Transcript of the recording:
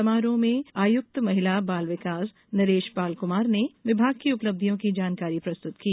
समारोह में आयुक्त महिला बाल विकास नरेशपाल कुमार ने विभाग की उपलब्धियों की जानकारी प्रस्तुत की